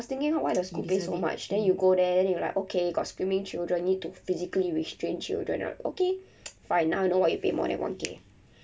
I was thinking why the school pay so much then you go there then you like okay got screaming children need to physically restrain children I'm like okay fine now I know why you pay more than one K